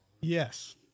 Yes